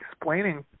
explaining